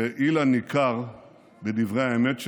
ואילן ניכר בדברי האמת שבו,